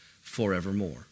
forevermore